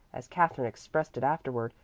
as katherine expressed it afterward,